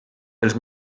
els